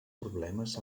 problemes